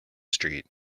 street